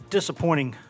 Disappointing